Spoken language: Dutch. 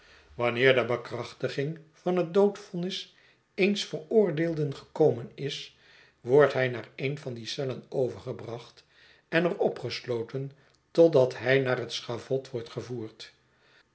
wanneer de bekrachtiging van het doodvonnis eens veroordeelden gekomen is wordt hij naar een van die cellen overgebracht en er opgesloten totdat hij naar het schavot wordt gevoerd